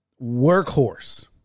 workhorse